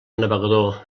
navegador